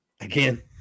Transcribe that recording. Again